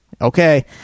Okay